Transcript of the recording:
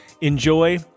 Enjoy